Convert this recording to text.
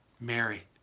Mary